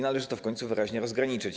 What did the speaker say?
Należy to w końcu wyraźnie rozgraniczyć.